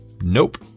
Nope